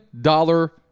dollar